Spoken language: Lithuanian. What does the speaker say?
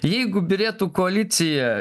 jeigu byrėtų koalicija